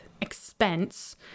expense